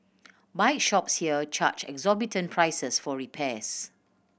bike shops here charge exorbitant prices for repairs